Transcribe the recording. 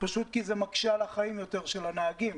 פשוט כי זה מקשה יותר על החיים של הנהגים.